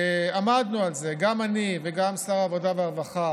עמדנו על זה גם אני וגם שר העבודה והרווחה